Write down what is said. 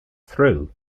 through